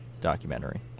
documentary